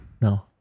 no